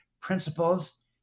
principles